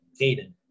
Caden